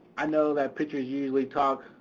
i know that pictures usually talk,